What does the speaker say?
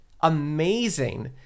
amazing